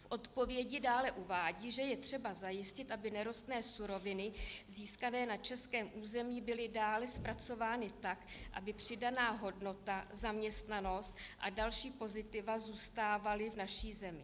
v odpovědi dále uvádí, že je třeba zajistit, aby nerostné suroviny získané na českém území byly dále zpracovány tak, aby přidaná hodnota, zaměstnanost a další pozitiva zůstávaly v naší zemi.